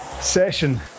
session